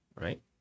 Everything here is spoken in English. right